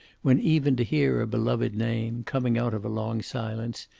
when even to hear a beloved name, coming out of a long silence,